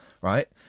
Right